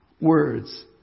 Words